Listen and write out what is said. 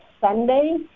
Sunday